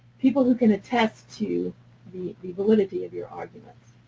people who can attest to the the validity of your argument.